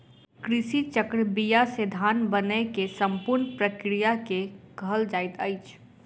कृषि चक्र बीया से धान बनै के संपूर्ण प्रक्रिया के कहल जाइत अछि